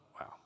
Wow